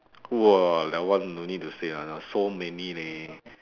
!wah! that one don't need to say [one] lah so many leh